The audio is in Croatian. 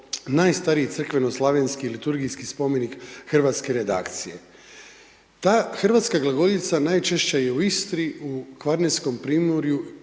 najstariji crkveno-slavenski liturgijski spomenik hrvatske redakcije. Ta hrvatska glagoljica najčešće je u Istri, u Kvarnerskom primorju,